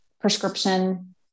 prescription